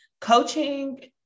coaching